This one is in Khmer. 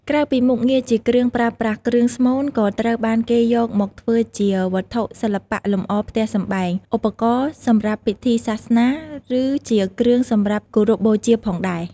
ក្រៅពីមុខងារជាគ្រឿងប្រើប្រាស់ គ្រឿងស្មូនក៏ត្រូវបានគេយកមកធ្វើជាវត្ថុសិល្បៈលម្អផ្ទះសម្បែង ឧបករណ៍សម្រាប់ពិធីសាសនា ឬជាគ្រឿងសម្រាប់គោរពបូជាផងដែរ។